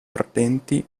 ardenti